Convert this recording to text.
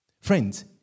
Friends